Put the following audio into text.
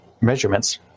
measurements